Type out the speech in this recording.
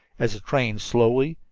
as the train slowly,